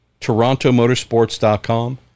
TorontoMotorsports.com